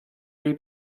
jej